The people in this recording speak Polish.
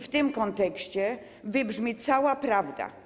W tym kontekście wybrzmi cała prawda.